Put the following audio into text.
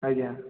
ଆଜ୍ଞା